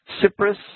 Cyprus